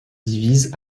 divise